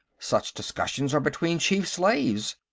such discussions are between chief-slaves.